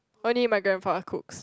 only my grandpa cooks